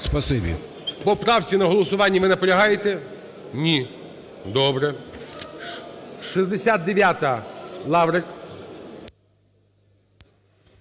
По правці на голосуванні ви наполягаєте? Ні. Добре. 69-а, Лаврик.